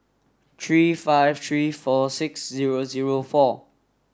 three five three four six zero zero four